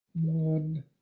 one